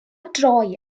droi